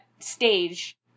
stage